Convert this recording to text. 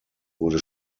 wurde